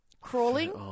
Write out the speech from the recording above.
crawling